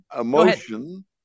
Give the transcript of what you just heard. emotion